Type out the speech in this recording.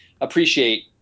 appreciate